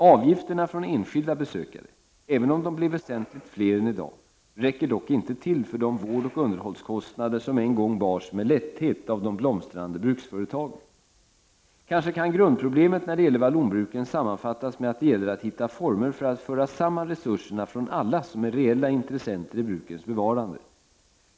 Avgifterna från enskilda besökare — även om de blev väsentligt fler än i dag — räcker dock inte till för de vårdoch underhållskostnader som en gång bars med lätthet av de blomstrande bruksföretagen. Kanske kan grundproblemet när det gäller vallonbruken sammanfattas med att det gäller att hitta former för att föra samman resurserna från alla som är reella intressenter i brukens bevarande.